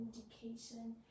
indication